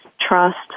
trust